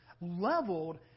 leveled